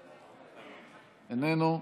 איננו,